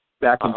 back